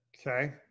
Okay